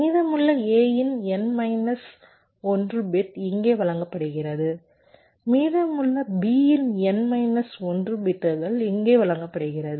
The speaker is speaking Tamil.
மீதமுள்ள A இன் n மைனஸ் 1 பிட் இங்கே வழங்கப்படுகிறது மீதமுள்ள B இன் n மைனஸ் 1 பிட்கள் இங்கு வழங்கப்படுகிறது